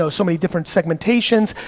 so so many different segmentations,